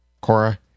cora